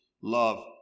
love